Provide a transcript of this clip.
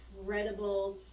incredible